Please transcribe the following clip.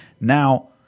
Now